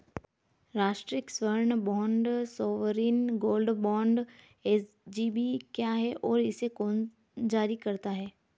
राष्ट्रिक स्वर्ण bond sovereign gold bond SGB क्या है और इसे कौन जारी करता है?